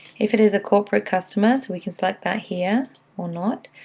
if it is a corporate customer, we can set that here or not.